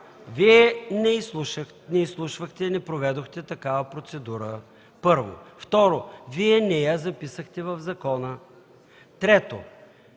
Вие не изслушвахте, не проведохте такава процедура, първо. Второ, Вие не я записахте в закона. Трето,